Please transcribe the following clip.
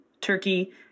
Turkey